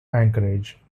anchorage